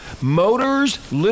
Motors